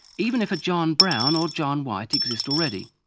even if a john brown or john white exist already.